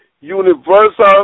universal